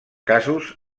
casos